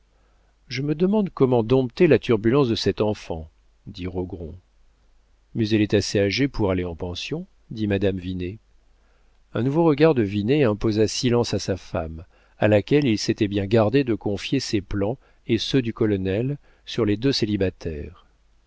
je me demande comment dompter la turbulence de cette enfant dit rogron mais elle est assez âgée pour aller en pension dit madame vinet un nouveau regard de vinet imposa silence à sa femme à laquelle il s'était bien gardé de confier ses plans et ceux du colonel sur les deux